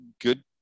good